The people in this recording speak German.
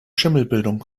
schimmelbildung